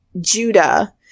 Judah –